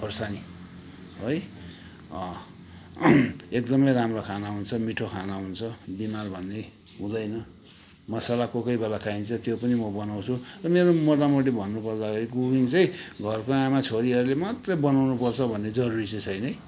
खोर्सानी है एकदमै राम्रो खाना हुन्छ मिठो खाना हुन्छ बिमार भन्ने हुँदैन मसला कोही कोही बेला खाइन्छ त्यो पनि म बनाउँछु र मेरो मोटामोटी भन्नुपर्दाखेरि कुकिङ चाहिँ घरको आमा छोरीहरूले मात्रै बनाउनु पर्छ भन्ने जरुरी चाहिँ छैन है